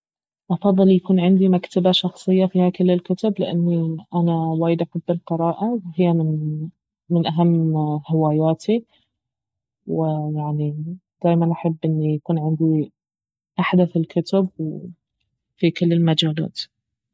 افضل يكون عندي مكتبة شخصية فيها كل الكتب لاني انا وايد احب القراءة واهي من- من اهم هواياتي ويعني دايما احب ان يكون عندي احدث الكتب و- في كل المجالات